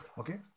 okay